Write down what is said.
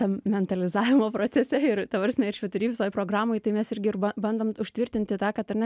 tam mentalizavimo procese ir ta prasme ir švytury visoj programoj tai mes irgi bandom užtvirtinti tą kad ar ne